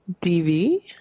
DV